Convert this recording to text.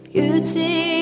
Beauty